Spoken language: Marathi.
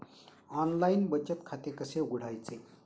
ऑनलाइन बचत खाते कसे उघडायचे?